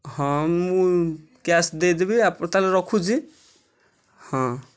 ହଁ ମୁଁ କ୍ୟାସ୍ ଦେଇଦେବି ତା'ହେଲେ ରଖୁଛି ହଁ